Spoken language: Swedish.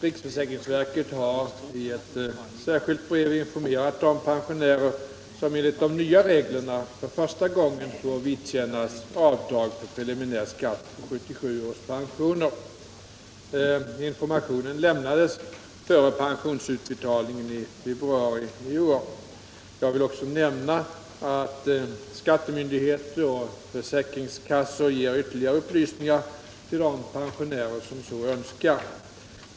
Riksförsäkringsverket har i ett särskilt brev informerat de pensionärer som enligt de nya reglerna för första gången får vidkännas avdrag för preliminär skatt på 1977 års pensioner. Informationen lämnades före pensionsutbetalningarna i februari i år. Jag vill också nämna att skattemyndigheter och försäkringskassor ger ytterligare upplysningar till de pensionärer som så önskar.